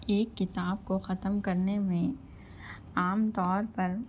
ایک کتاب کو ختم کرنے میں عام طور پر